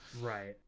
Right